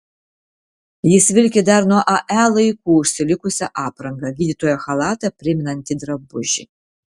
jis vilki dar nuo ae laikų užsilikusią aprangą gydytojo chalatą primenantį drabužį